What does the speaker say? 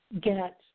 get